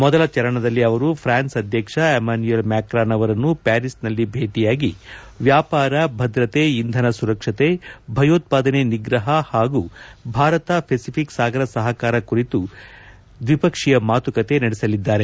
ಮೊದಲ ಚರಣದಲ್ಲಿ ಅವರು ಫ್ರಾನ್ಸ್ ಅಧ್ಯಕ್ಷ ಎಮಾನ್ಯುಯಲ್ ಮ್ಯಾಕ್ರಾನ್ ಅವರನ್ನು ಪ್ಯಾರಿಸ್ನಲ್ಲಿ ಭೇಟಿಯಾಗಿ ವ್ಯಾಪಾರ ಭದ್ರತೆ ಇಂಧನ ಸುರಕ್ಷತೆ ಭಯೋತ್ಪಾದನೆ ನಿಗ್ರಹ ಹಾಗೂ ಭಾರತ ಪೆಸಿಫಿಕ್ ಸಾಗರ ಸಹಕಾರ ಕುರಿತು ದ್ವಿಪಕ್ಷೀಯ ಮಾತುಕತೆ ನಡೆಸಲಿದ್ದಾರೆ